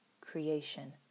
creation